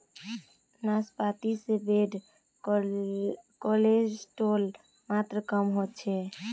नाश्पाती से bad cholesterol मात्र कम होचे